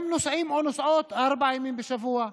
הם נוסעים או נוסעות ארבעה ימים בשבוע.